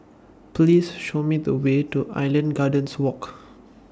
Please Show Me The Way to Island Gardens Walk